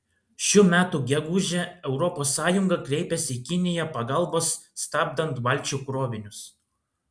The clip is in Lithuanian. šių metų gegužę europos sąjunga kreipėsi į kiniją pagalbos stabdant valčių krovinius